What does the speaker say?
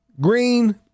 Green